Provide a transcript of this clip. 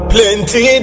Plenty